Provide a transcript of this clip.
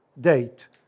date